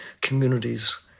communities